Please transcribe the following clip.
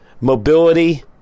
mobility